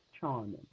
Charming